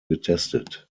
getestet